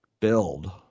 Build